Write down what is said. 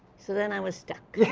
so, then i was stuck. yeah